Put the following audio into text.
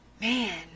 man